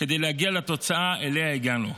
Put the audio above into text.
כדי להגיע לתוצאה שאליה הגענו.